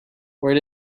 where